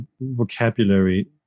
vocabulary